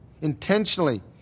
intentionally